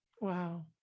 Wow